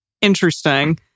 Interesting